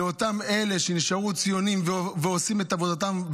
לאותם אלה שנשארו ציונים ועושים את עבודתם,